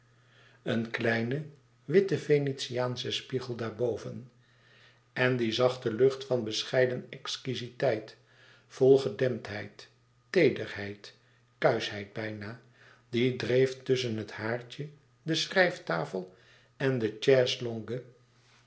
een kleine witte venetiaansche spiegel daar boven en die zachte lucht van bescheiden exquiziteit vol gedemptheid teederheid kuischheid bijna die dreef tusschen het haardje de schrijftafel en de